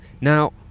Now